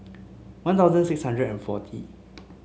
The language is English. One Thousand six hundred and forty